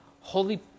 holy